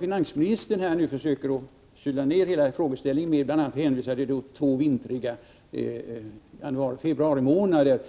Finansministern försöker nu kyla ned hela frågeställningen genom att bl.a. hänvisa till två vintriga månader, januari och februari.